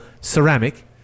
ceramic